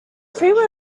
freeway